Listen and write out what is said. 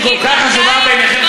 שכל כך חשובה בעיניכם,